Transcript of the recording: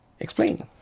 explain